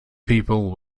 people